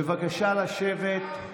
בבקשה לשבת,